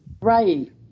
right